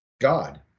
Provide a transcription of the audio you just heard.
God